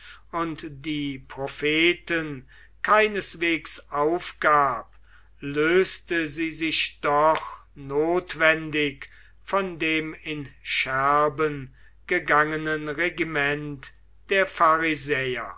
und die propheten keineswegs aufgab löste sie sich doch notwendig von dem in scherben gegangenen regiment der